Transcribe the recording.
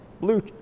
blue